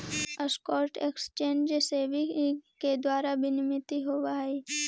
stock exchange SEBI के द्वारा विनियमित होवऽ हइ